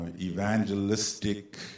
evangelistic